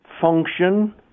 function